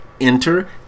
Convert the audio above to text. enter